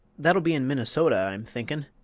that'll be in minnesota, i'm thinkin'.